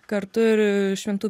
kartu ir šventu